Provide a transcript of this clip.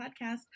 podcast